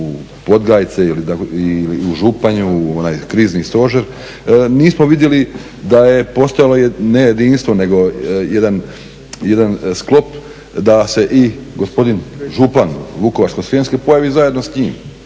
u Podgajce ili u Županju onaj krizni stožer. Nismo vidjeli da je postojalo ne jedinstvo nego jedan sklop da se i gospodin župan vukovarsko-srijemski pojavi zajedno s njim.